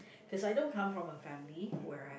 cause I don't come from a family where I